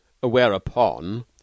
Whereupon